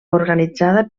organitzada